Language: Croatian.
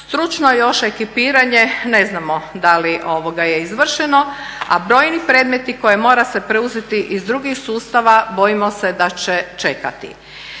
Stručno je još ekipiranje ne znamo da li je izvršeno a brojni predmeti koje mora se preuzeti iz drugih sustava bojimo se da će čekati.